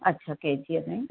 अच्छा केजीअ में